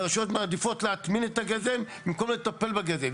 והרשויות מעדיפות להטמין את הגזם במקום לטפל בגזם.